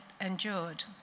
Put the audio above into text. endured